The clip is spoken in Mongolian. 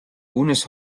үүнээс